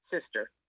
sister